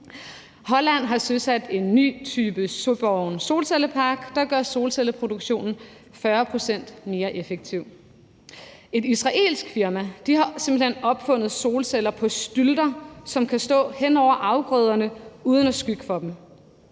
Holland har søsat en ny type solcellepark, der gør solcelleproduktionen 40 pct. mere effektiv. Et israelsk firma har simpelt hen opfundet solceller på stylter, som kan stå hen over afgrøderne uden at skygge for dem.